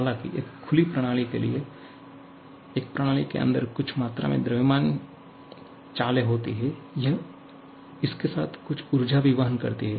हालांकि एक खुली प्रणाली के लिए एक प्रणाली के अंदर कुछ मात्रा में द्रव्यमान चालें होती हैं यह इसके साथ कुछ ऊर्जा भी वहन करती है